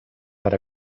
per